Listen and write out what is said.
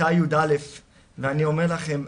בכיתה י"א ואני אומר לכם,